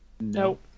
Nope